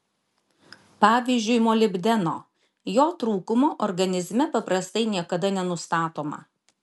pavyzdžiui molibdeno jo trūkumo organizme paprastai niekada nenustatoma